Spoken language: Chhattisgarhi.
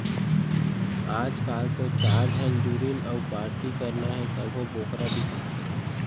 आजकाल तो चार झन जुरिन अउ पारटी करना हे तभो बोकरा बिसाथें